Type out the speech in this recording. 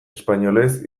espainolez